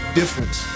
difference